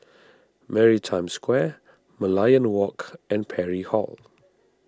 Maritime Square Merlion Walk and Parry Hall